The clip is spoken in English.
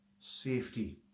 safety